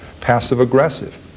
passive-aggressive